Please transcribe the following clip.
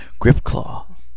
Gripclaw